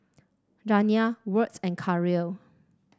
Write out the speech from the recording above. Janiah Wirt and Karyl